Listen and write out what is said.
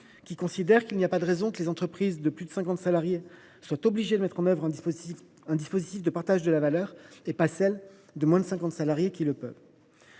interprofessionnel. Il n’y a pas de raison que les entreprises de plus de 50 salariés soient obligées de mettre en œuvre un dispositif de partage de la valeur, et pas celles de moins de 50 salariés qui le peuvent.